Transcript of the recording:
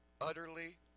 utterly